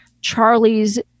Charlie's